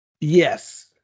Yes